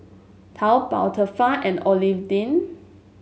Taobao Tefal and Ovaltine